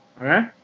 Okay